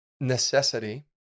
Necessity